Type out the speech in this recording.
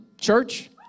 church